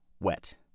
wet